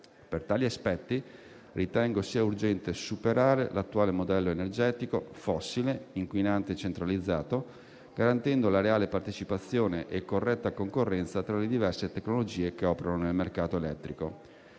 Per tali aspetti ritengo sia urgente superare l'attuale modello energetico fossile, inquinante e centralizzato, garantendo la reale partecipazione e corretta concorrenza tra le diverse tecnologie che operano nel mercato elettrico.